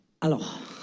Alors